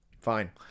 Fine